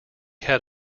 had